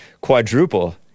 Quadruple